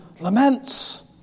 Laments